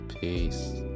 peace